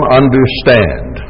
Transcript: understand